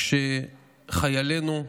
כשחיילינו,